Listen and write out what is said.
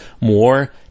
more